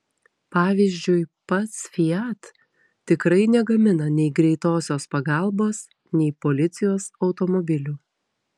pavyzdžiui pats fiat tikrai negamina nei greitosios pagalbos nei policijos automobilių